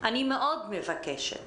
אני מאוד מבקשת